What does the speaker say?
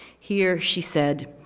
here she said,